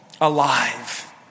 alive